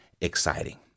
exciting